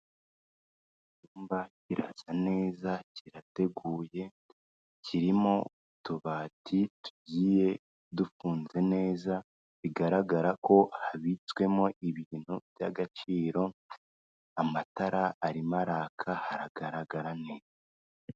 Icyumba kirasa neza, kirateguye, kirimo utubati tugiye dufunze neza, bigaragara ko habitswemo ibintu by'agaciro, amatara arimo araka, hagaragara neza.